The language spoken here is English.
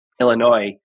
Illinois